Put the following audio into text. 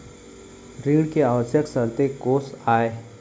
ऋण के आवश्यक शर्तें कोस आय?